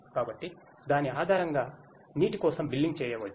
కాబట్టి దాని ఆధారంగా నీటి కోసం బిల్లింగ్ చేయవచ్చు